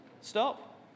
Stop